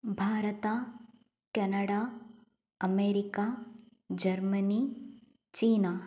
Bharat Canada America Germany China